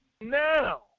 now